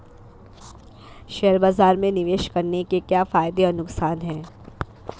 Share बाज़ार में निवेश करने के क्या फायदे और नुकसान हैं?